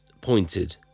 pointed